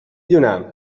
دونم